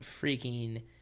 freaking